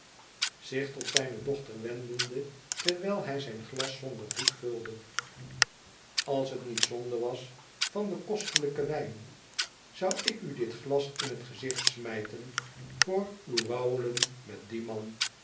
zich tot zijne dochter wendende terwijl hij zijn glas zonder voet vulde als het niet zonde was onze wsderzijdsche vriend den kostelijken wijn zou ik u dit glas in het gezicht smijten voor uw wauwelen met dien man